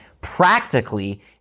practically